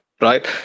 right